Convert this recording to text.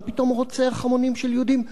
מה פתאום הוא רוצח המונים של יהודים?